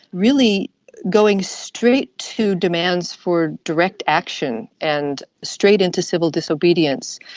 really going straight to demands for direct action and straight into civil disobedience,